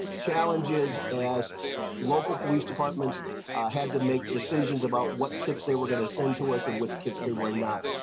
challenges as local police departments had to make decisions about what kids they were going to send to us in which kids they were not.